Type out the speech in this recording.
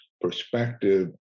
perspective